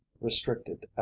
restricted